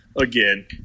again